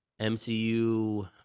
MCU